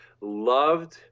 loved